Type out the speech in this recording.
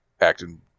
Acting